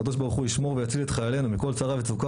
הקדוש ברוך הוא ישמור ויציל את חיילינו מכל צרה וצוקה